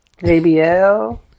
JBL